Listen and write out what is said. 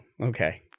okay